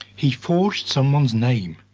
he forged someone's name.